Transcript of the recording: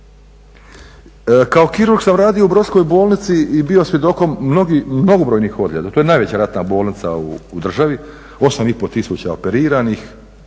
Kao kirurg sam radio u Brodskoj bolnici i bio svjedokom mnogobrojnih ozljeda, to je najveća ratna bolnica u državi, 8,5 tisuća operiranih